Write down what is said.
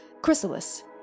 chrysalis